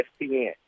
ESPN